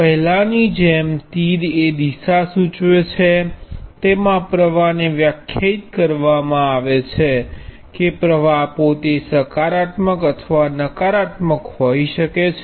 પહેલાની જેમ તીર એ દિશા સુચવે છે તેમાં પ્રવાહ ને વ્યાખ્યાયિત કરવામાં આવે છે કે પ્રવાહ પોતે સકારાત્મક અથવા નકારાત્મક હોઈ શકે છે